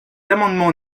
amendements